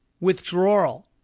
withdrawal